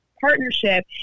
partnership